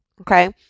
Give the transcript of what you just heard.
Okay